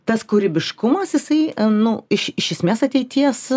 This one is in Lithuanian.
tas kūrybiškumas jisai nu iš iš esmės ateities